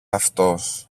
αυτός